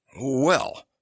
Well